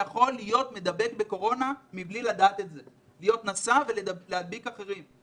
יכול להיות נשא קורונה מבלי לדעת את זה ולהדביק אחרים.